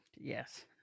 Yes